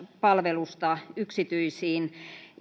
palvelusta yksityisiin